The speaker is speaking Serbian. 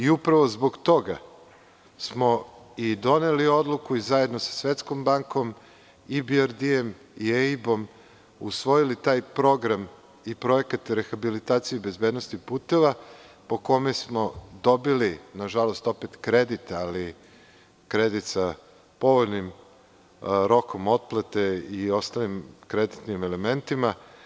Upravo zbog toga smo doneli odluku i zajedno sa Svetskom bankom i BRD-em i EIB-om usvojili taj Program i projekat rehabilitacije bezbednosti puteva, po kome smo dobili, nažalost, opet kredit, ali kredit sa povoljnim rokom otplate i ostalim kreditnim elementima.